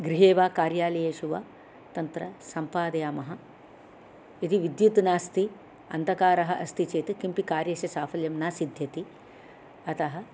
गृहे वा कार्यालयेषु वा तत्र सम्पादयामः यदि विद्युत् नास्ति अन्धकारः अस्ति चेत् किमपि कार्यस्य साफल्यं न सिद्ध्यति अतः